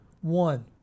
One